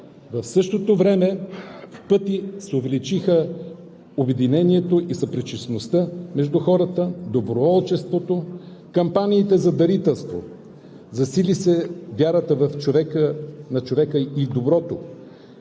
в същото време в пъти се увеличиха обединението и съпричастността между хората, доброволчеството, кампаниите за дарителство. Засили се вярата на човека и в доброто,